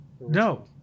No